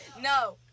No